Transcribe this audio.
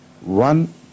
One